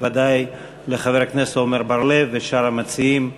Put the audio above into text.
בוודאי לחבר הכנסת עמר בר-לב ושאר המציעים,